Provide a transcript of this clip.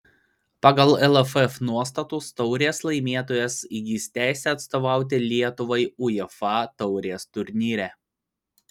pagal lff nuostatus taurės laimėtojas įgis teisę atstovauti lietuvai uefa taurės turnyre